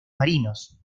marinos